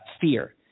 fear